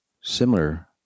similar